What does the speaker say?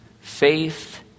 faith